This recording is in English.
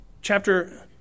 chapter